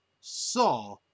saw